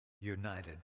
united